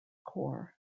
core